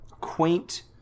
quaint